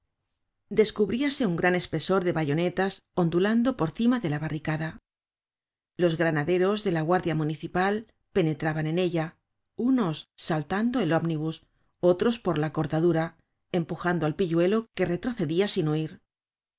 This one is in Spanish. descubríase un gran espesor de bayonetas ondulando por cima de la barricada los granaderos de la guardia municipal penetraban en ella unos saltando el omnibus otros por la cortadura empujando al pilludo que retrocedia sin huir